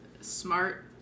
smart